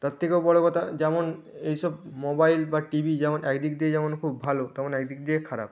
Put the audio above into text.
তার থেকেও বড়ো কথা যেমন এই সব মোবাইল বা টিভি যেমন এক দিক দিয়ে যেমন খুব ভালো তেমন এক দিক দিয়ে খারাপ